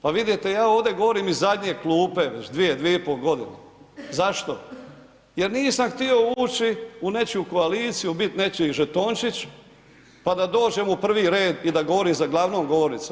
Pa vidite, ja ovdje govorim iz zadnje klupe već dvije, dvije i po godine, zašto, jer nisam htio ući u nečiju koaliciju, bit nečiji žetončić, pa da dođem u prvi red i da govorim za glavnom govornicom.